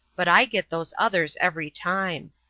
but i get those others every time.